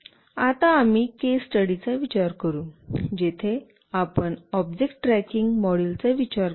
आता आम्ही केस स्टडीचा विचार करू जिथे आपण ऑब्जेक्ट ट्रॅकिंग मॉड्यूलचा विचार करू